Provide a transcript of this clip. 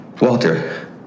Walter